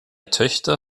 töchter